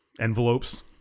envelopes